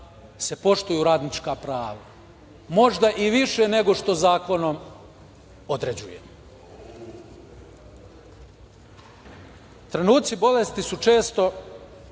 se poštuju radnička prava, možda i više nego što zakonom određujemo. Trenuci bolesti su često